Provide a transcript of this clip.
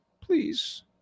Please